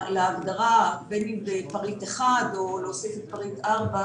להגדרה, בין אם בפסקה (1) או להוסיף את פסקה (4),